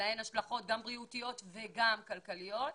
שלהן השלכות גם בריאותיות וגם כלכליות,